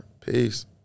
Peace